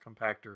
compactor